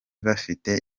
bafite